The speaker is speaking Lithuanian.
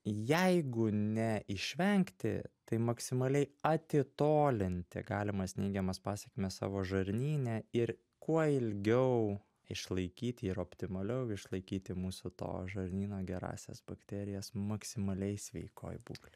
jeigu ne išvengti tai maksimaliai atitolinti galimas neigiamas pasekmes savo žarnyne ir kuo ilgiau išlaikyti ir optimaliau išlaikyti mūsų to žarnyno gerąsias bakterijas maksimaliai sveikoj būklėj